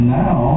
now